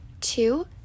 Two